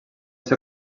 ser